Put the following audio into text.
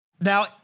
Now